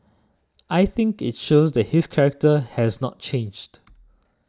I think it shows that his character has not changed